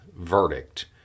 verdict